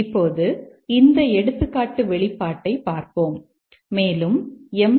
இப்போது இந்த எடுத்துக்காட்டு வெளிப்பாட்டைப் பார்ப்போம் மேலும் எம்